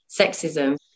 sexism